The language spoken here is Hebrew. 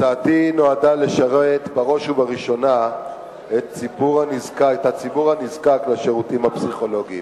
הצעתי נועדה לשרת בראש ובראשונה את הציבור הנזקק לשירותים הפסיכולוגיים.